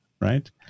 right